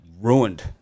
ruined